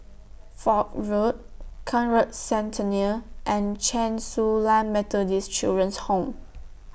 Foch Road Conrad Centennial and Chen Su Lan Methodist Children's Home